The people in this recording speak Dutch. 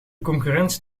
concurrentie